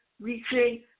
reaching